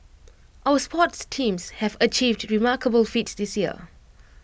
our sports teams have achieved remarkable feats this year